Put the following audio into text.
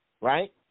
right